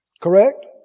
Correct